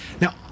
Now